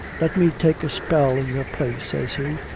let me take a spell in your place, says he.